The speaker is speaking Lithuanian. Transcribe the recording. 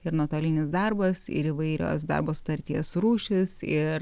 ir nuotolinis darbas ir įvairios darbo sutarties rūšys ir